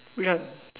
which one